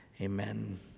Amen